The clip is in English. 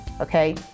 okay